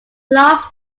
last